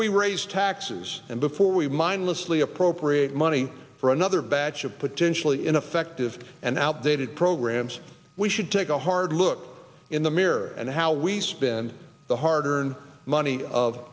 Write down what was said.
we raise taxes and before we mindlessly appropriate money for another batch of potentially ineffective and outdated programs we should take a hard look in the mirror and how we spend the hard earned money of